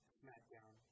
smackdown